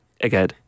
again